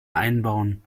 einbauen